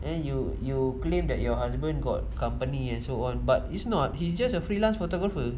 then you you claim that your husband got company and so on but it's not he's just a freelance photographer